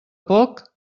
poc